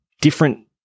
different